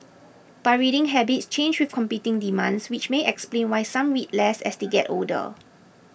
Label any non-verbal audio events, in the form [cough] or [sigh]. but reading habits change with competing demands which may explain why some read less as [noise] they get older